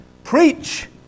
Preach